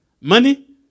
Money